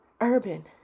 urban